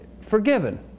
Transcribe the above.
forgiven